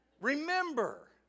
remember